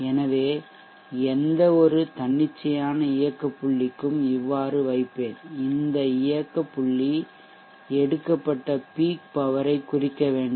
எனவே எந்தவொரு தன்னிச்சையான இயக்க புள்ளிக்கும் இவ்வாறு வைப்பேன் இந்த இயக்க புள்ளி எடுக்கப்பட்ட பீக் பவர் ஐ குறிக்க வேண்டும்